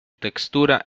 textura